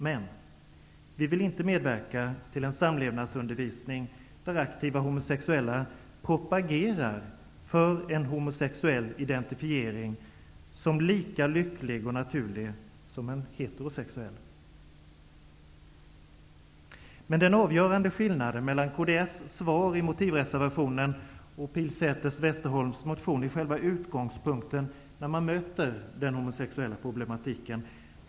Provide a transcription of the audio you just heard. Men vi vill inte medverka till en samlevnadsundervisning där aktiva homosexuella propagerar för att en homosexuell identifiering är lika lycklig och naturlig som en heterosexuell. Men den avgörande skillnaden mellan kds svar i motivreservationen och Pilsäters/Westerholms motion är själva utgångspunkten när man möter den homosexuella problematiken.